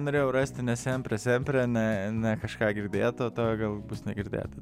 norėjau rasti ne sempre sempre ne ne kažką girdėto tau gal bus negirdėta